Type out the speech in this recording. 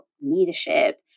leadership